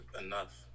enough